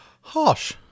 Harsh